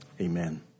Amen